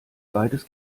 beides